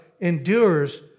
endures